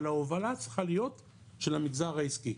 אבל ההובלה צריכה להיות של המגזר העסקי.